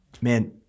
man